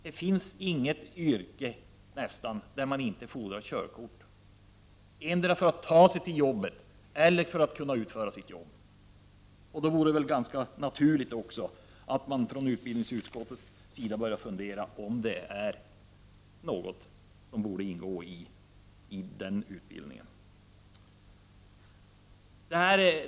Det finns nästan inga yrken som inte fordrar körkort, endera för att ta sig till jobbet eller för att utföra sitt jobb. Då vore det väl ganska naturligt om utbildningsutskottet började fundera på om det är något som borde ingå i den utbildningen.